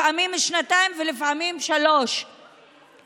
לפעמים שנתיים ולפעמים שלוש,